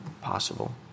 possible